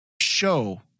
show